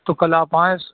تو کل آپ آئیں